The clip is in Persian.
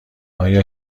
آیا